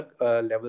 level